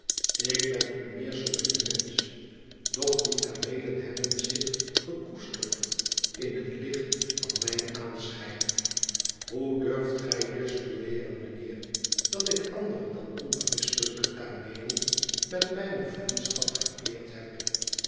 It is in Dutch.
ik ben een meer solide mensch doch die kameelen hebben zich gekoesterd in het licht van mijn aanschijn hoe durft gij dus beweren meneer dat ik andere dan onberispelijke kameelen met mijne vriendschap vereerd heb